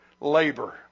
labor